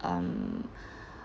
um